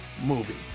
movie